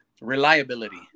reliability